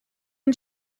and